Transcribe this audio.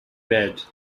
bed